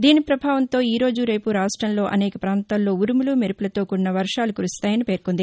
దీని ప్రభావంతో ఈ రోజు రేపు రాష్టంలో అనేక ప్రాంతాల్లో ఉరుములు మెరుపులతో కూడిన వర్షాలు కురుస్తాయని పేర్కొంది